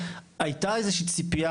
הייתה איזו ציפייה,